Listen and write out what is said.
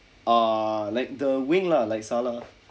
uh like the wing lah like sallah